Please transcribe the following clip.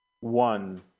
one